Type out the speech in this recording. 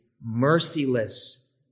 merciless